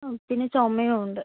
പിന്നെ ചുമയും ഉണ്ട്